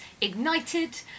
ignited